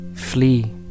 flee